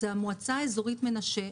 זה המועצה האזורית מנשה,